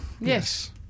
Yes